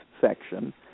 section